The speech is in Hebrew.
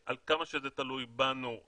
עד כמה שזה תלוי בנו,